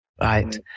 Right